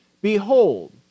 Behold